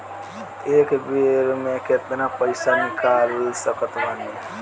एक बेर मे केतना पैसा निकाल सकत बानी?